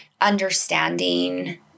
understanding